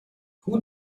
who